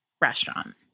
restaurant